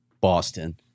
Boston